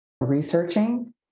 researching